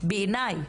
אומרת - בעיניי,